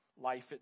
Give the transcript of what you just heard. life